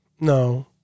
No